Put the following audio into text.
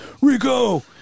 Rico